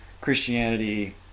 Christianity